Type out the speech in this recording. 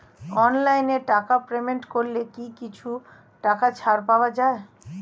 অনলাইনে টাকা পেমেন্ট করলে কি কিছু টাকা ছাড় পাওয়া যায়?